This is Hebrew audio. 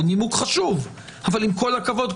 הוא חשוב אבל עם כל הכבוד,